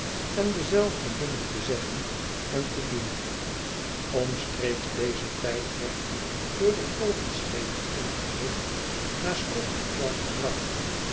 en dezelfde dingen te zeggen en te doen omstreeks dezen tijd werd door de kolenschepen een gerucht naar scotland yard gebracht